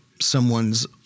someone's